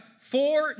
four